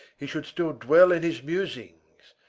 he should still dwell in his musings,